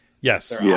Yes